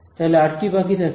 তাহলে আর কি বাকি থাকছে